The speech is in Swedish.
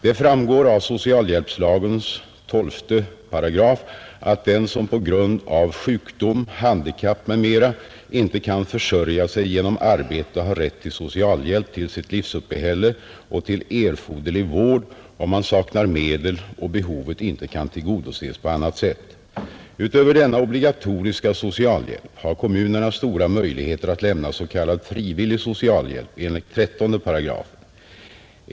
Det framgår av socialhjälpslagens 12 § att den som på grund av sjukdom, handikapp m. m, inte kan försörja sig genom arbete har rätt till socialhjälp till sitt livsuppehälle och till erforderlig vård, om han saknar medel och behovet inte kan tillgodoses på annat sätt. Utöver denna obligatoriska socialhjälp har kommunerna stora möjligheter att lämna s.k. frivillig socialhjälp enligt 138.